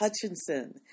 Hutchinson